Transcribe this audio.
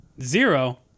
zero